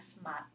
smart